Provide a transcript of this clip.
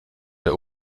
der